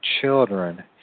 children